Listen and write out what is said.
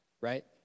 right